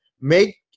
make